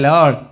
Lord